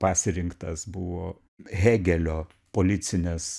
pasirinktas buvo hegelio policinės